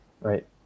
right